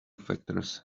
factors